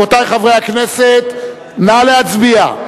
רבותי חברי הכנסת, נא להצביע.